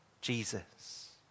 Jesus